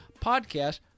podcast